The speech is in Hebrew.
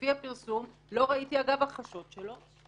לפי הפרסום לא ראיתי אגב הכחשות שלו,